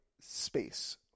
space